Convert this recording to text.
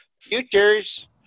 futures